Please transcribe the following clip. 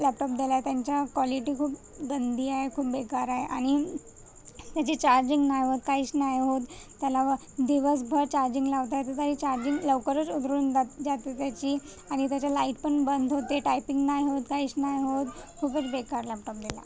laptop दिलाय त्यांच्या quality खूप गंदी आहे खूप बेकार आहे आणि त्याची चार्जिंग नाही होत काहीच नाही होत त्याला व दिवसभर चार्जिंग लावता येते तरी चार्जिंग लवकरच उतरून जात जाते त्याची आणि त्याचा लाईट पण बंद होते टायपिंग नाही होत काहीच नाही होत खूपच बेकार लॅपटाॅप दिलाय